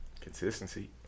Consistency